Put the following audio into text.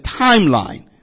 timeline